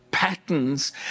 patterns